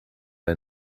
ein